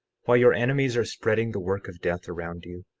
while your enemies are spreading the work of death around you?